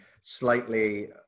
slightly